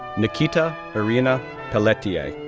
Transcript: nikita irina pelletier,